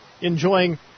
enjoying